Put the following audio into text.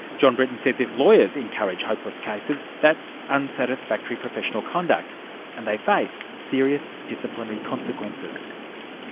john briton says if lawyers encourage hopeless cases, that's unsatisfactory professional conduct and they face serious disciplinary consequences.